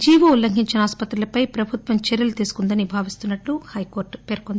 GO ఉల్లంఘించిన ఆసుపత్రుల పై ప్రభుత్వం చర్యలు తీసుకుందని భావిస్తున్నా మన్న హైకోర్టు పేర్కొంది